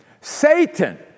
Satan